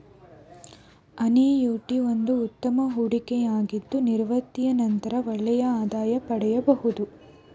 annuity ಒಂದು ಉತ್ತಮ ಹೂಡಿಕೆಯಾಗಿದ್ದು ನಿವೃತ್ತಿಯ ನಂತರ ಒಳ್ಳೆಯ ಆದಾಯ ಪಡೆಯಬಹುದು